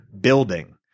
building